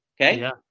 Okay